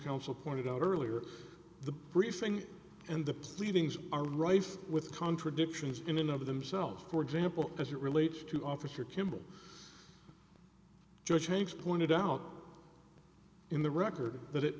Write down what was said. counsel pointed out earlier the briefing and the pleadings are rife with contradictions in and of themselves for example as it relates to officer kimball judge hanks pointed out in the record that